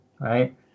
right